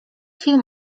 film